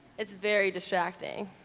it's very distracting